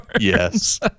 yes